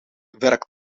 werkt